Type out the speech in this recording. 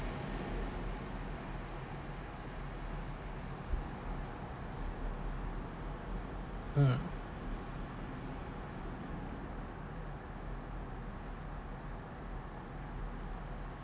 mm